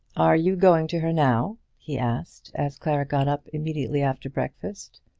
are you going to her now? he asked, as clara got up immediately after breakfast.